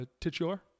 titular